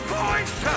voice